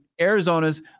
arizona's